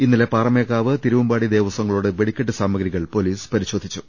ഇന്നലെ പാറമേക്കാവ് തിരുവമ്പാടി ദേവസ്വങ്ങളുടെ വെടിക്കെട്ട് സാമഗ്രികൾ പൊലീസ് പരിശോധിച്ചു